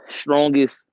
strongest